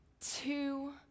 two